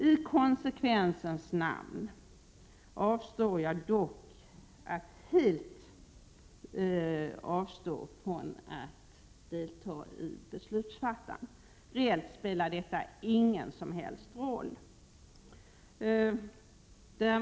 I konsekvensens namn kommer jag dock att helt avstå från att delta i beslutsfattandet. Reellt spelar detta ingen som helst roll.